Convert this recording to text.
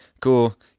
cool